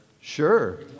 Sure